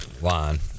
line